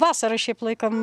vasarą šiaip laikom